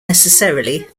necessarily